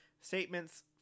statements